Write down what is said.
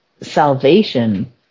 salvation